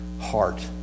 heart